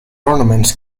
ornaments